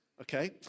Okay